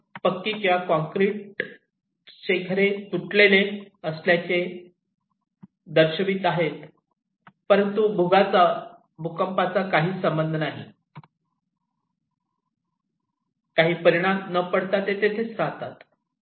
पक्की किंवा काँक्रीटचे घरे तुटलेले असल्याचे दर्शवित आहे परंतु भूगाचा भूकंपाचा काही परिणाम न पडता तेथे राहतात